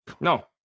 No